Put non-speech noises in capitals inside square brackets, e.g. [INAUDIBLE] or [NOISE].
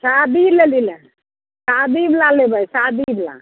शादी [UNINTELLIGIBLE] शादी ला लेबै शादी ला